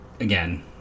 Again